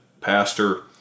Pastor